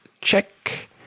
Check